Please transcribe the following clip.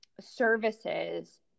services